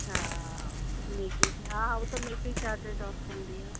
हा मेकिंग हा उहा त मेकिंग चार्ज त हूंदी आहे